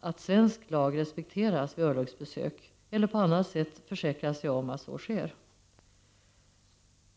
att svensk lag respekteras vid örlogsbesök eller på annat sätt försäkra sig om att så sker.